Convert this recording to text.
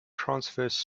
transverse